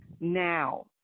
now